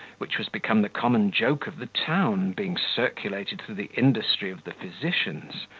which was become the common joke of the town, being circulated through the industry of the physicians,